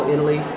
Italy